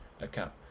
account